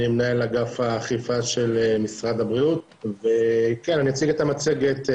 אני מנהל אגף האכיפה של משרד הבריאות ואני אציג את המצגת,